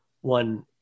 one